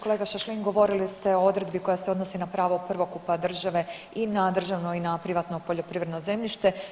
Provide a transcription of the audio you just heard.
Kolega Šašlin govorili ste o odredbi koja se odnosi na pravo prvokupa države i na državno i na privatno poljoprivredno zemljište.